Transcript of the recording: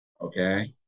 Okay